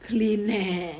clean air